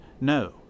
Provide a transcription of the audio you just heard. No